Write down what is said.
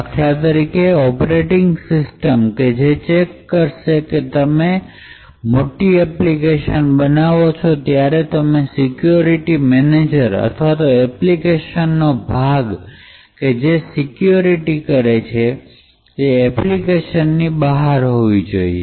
દાખલા તરીકે operating system કે જે ચેક કરશે તમે જો મોટી એપ્લિકેશન બનાવો છો ત્યારે તમે સિકયુરિટી મેનેજર અથવા તો એપ્લિકેશન નો ભાગ કે જે સિક્યુરિટી કરે છે એપ્લિકેશન ની બહાર હોવો જોઈએ